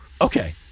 Okay